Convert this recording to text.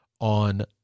on